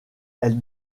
elle